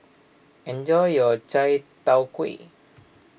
enjoy your Chai Tow Kway